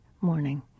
morning